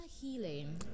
healing